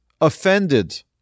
offended